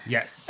Yes